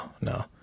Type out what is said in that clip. no